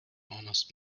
honest